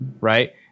right